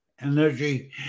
energy